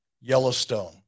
Yellowstone